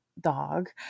dog